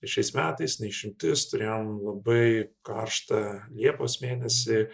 ir šiais metais ne išimtis turėjom labai karštą liepos mėnesį